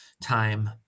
time